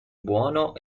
buono